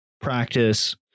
practice